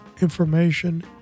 information